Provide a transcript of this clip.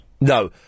No